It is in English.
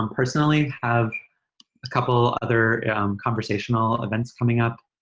um personally, have a couple other conversational events coming up